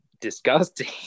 disgusting